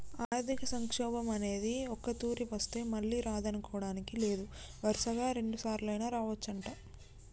ఆర్థిక సంక్షోభం అనేది ఒక్కతూరి వస్తే మళ్ళీ రాదనుకోడానికి లేదు వరుసగా రెండుసార్లైనా రావచ్చంట